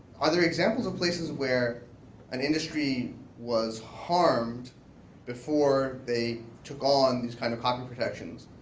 are there examples of places where an industry was harmed before they took on these kind of copy protections?